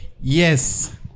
Yes